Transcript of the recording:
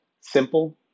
simple